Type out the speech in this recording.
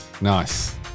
Nice